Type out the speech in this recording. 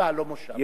ישיבה ולא מושב.